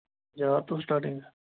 ਹਜ਼ਾਰ ਤੋਂ ਸਟਾਰਟਿੰਗ